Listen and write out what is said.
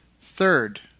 Third